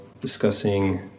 discussing